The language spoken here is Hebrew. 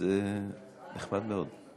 וזה נחמד מאוד.